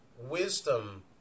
wisdom